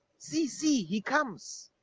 see, see, he comes!